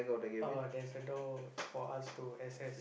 oh there is a door for us to access